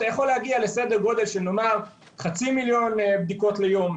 אתה יכול להגיע לסדר גודל של חצי מיליון בדיקות ליום,